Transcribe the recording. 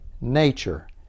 nature